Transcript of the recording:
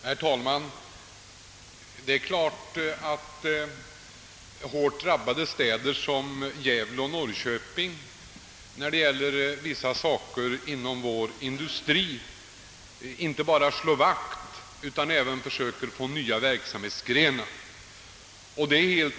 Herr talman! Hårt drabbade städer vad det gäller industrinedläggelser som Gävle och Norrköping försöker naturligtvis inte bara att slå vakt om sina industrier utan även att få i gång nya verksamheter.